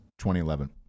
2011